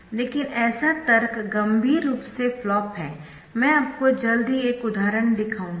लेकिन ऐसा तर्क गंभीर रूप से फ्लॉप है मैं आपको जल्द ही एक उदाहरण दिखाऊंगी